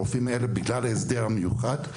בגלל ההסדר המיוחד,